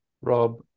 Rob